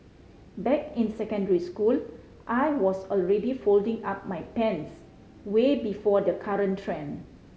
back in secondary school I was already folding up my pants way before the current trend